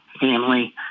family